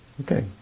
okay